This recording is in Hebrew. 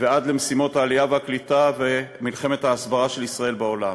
ועד למשימות העלייה והקליטה ומלחמת ההסברה של ישראל בעולם.